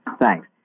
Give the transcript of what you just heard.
Thanks